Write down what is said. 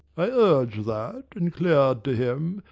i urg'd that, and clear'd to him,